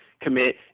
commit